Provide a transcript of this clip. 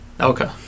Okay